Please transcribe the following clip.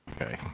Okay